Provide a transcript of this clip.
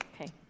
Okay